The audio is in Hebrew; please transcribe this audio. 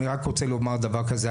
אני רק רוצה לומר דבר כזה,